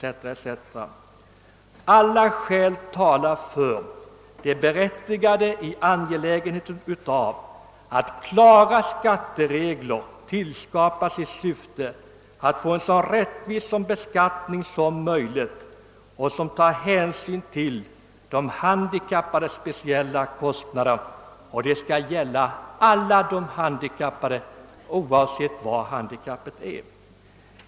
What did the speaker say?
Allt talar således för att det är ytterst berättigat och angeläget att klara skatteregler utformas i syfte att få en så rättvis beskattning som möjligt, vilken tar hänsyn till de handikappades speciella kostnader. Reglerna skall gälla alla handikappade, alltså oavsett handikappets art.